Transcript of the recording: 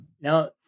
Now